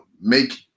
make